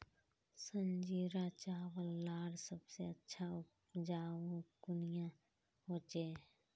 संजीरा चावल लार सबसे अच्छा उपजाऊ कुनियाँ होचए?